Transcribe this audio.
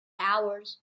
hours